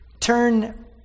turn